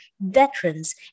veterans